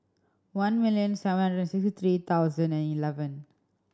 one million seven hundred sixty three thousand and eleven